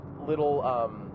little